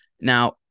Now